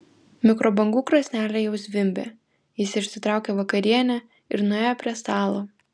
mikrobangų krosnelė jau zvimbė jis išsitraukė vakarienę ir nuėjo prie stalo